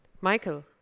Michael